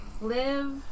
Live